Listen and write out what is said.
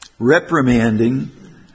reprimanding